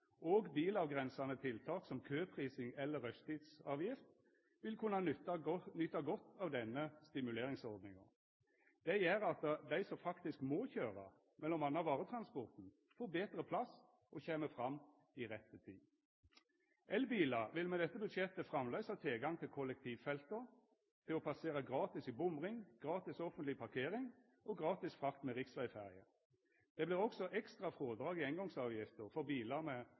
og bilavgrensande tiltak som køprising eller rushtidsavgift, vil kunna nyta godt av denne stimuleringsordninga. Det gjer at dei som faktisk må køyra, m.a. varetransporten, får betre plass og kjem fram i rett tid. Elbilar vil med dette budsjettet framleis ha tilgang til kollektivfelta, kan passera gratis i bomring, ha gratis offentleg parkering og gratis frakt med riksvegferjer. Det vert òg ekstra frådrag i eingongsavgifta for bilar med